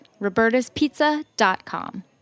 Roberta'spizza.com